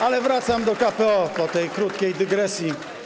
Ale wracam do KPO po tej krótkiej dygresji.